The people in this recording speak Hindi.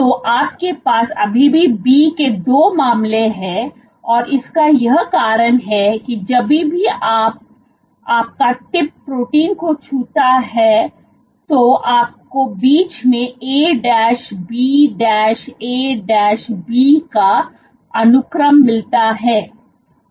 तो आपके पास अभी भी B के दो मामले हैं और इसका यह कारण है कि जब भी आपका टिप प्रोटीन को छूता है होता है तो आपको बीच में A B A B का अनुक्रम मिलता है